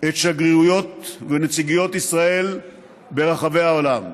את השגרירויות והנציגויות של ישראל ברחבי העולם.